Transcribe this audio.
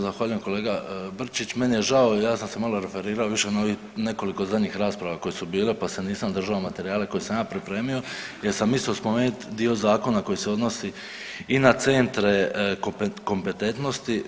Zahvaljujem kolega Brčić, meni je žao ja sam se malo referirao više na ovih nekoliko zadnjih rasprava koje su bile pa se nisam držao materijala koje sam ja pripremio jer sam mislio spomenit dio zakona koji se odnosi i na centre kompetentnosti.